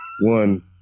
One